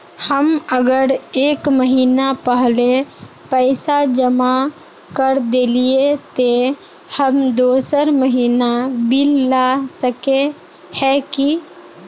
हम अगर एक महीना पहले पैसा जमा कर देलिये ते हम दोसर महीना बिल ला सके है की?